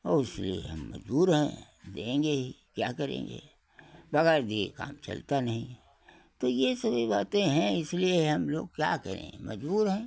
और इसलिए हम मजबूर हैं देंगे ही क्या करेंगे वगैर दिए काम चलता नहीं है तो ये सभी बातें हैं इसलिए हम लोग क्या करें मजबूर हैं